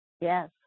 Yes